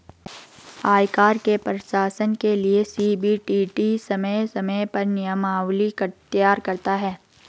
आयकर के प्रशासन के लिये सी.बी.डी.टी समय समय पर नियमावली तैयार करता है